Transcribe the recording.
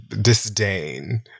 disdain